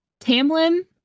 Tamlin